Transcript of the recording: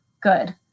good